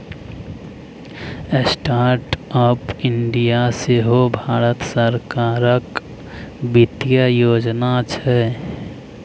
startup India सेहो भारत सरकारक बित्तीय योजना छै